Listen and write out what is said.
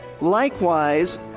likewise